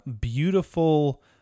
beautiful